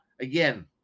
again